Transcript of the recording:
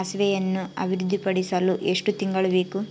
ಸಾಸಿವೆಯನ್ನು ಅಭಿವೃದ್ಧಿಪಡಿಸಲು ಎಷ್ಟು ತಿಂಗಳು ಬೇಕು?